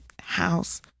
house